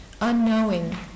unknowing